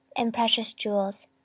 and precious jewels,